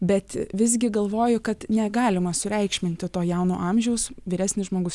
bet visgi galvoju kad negalima sureikšminti to jauno amžiaus vyresnis žmogus